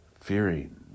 fearing